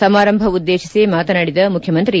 ಸಮಾರಂಭ ಉದ್ದೇತಿಸಿ ಮಾತನಾಡಿದ ಮುಖ್ಯಮಂತ್ರಿ